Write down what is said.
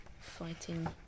fighting